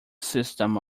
system